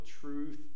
truth